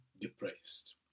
depressed